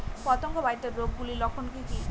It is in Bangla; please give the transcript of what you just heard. পতঙ্গ বাহিত রোগ গুলির লক্ষণ কি কি?